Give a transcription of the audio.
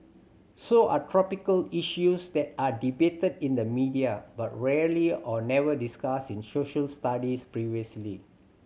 so are topical issues that are debated in the media but rarely or never discussed in Social Studies previously